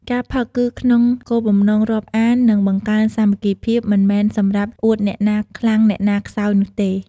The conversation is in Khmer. ការផឹកគឺក្នុងគោលបំណង រាប់អាន និងបង្កើនសាមគ្គីភាព មិនមែនសម្រាប់អួតអ្នកណាខ្លាំងអ្នកណាខ្សោយនោះទេ។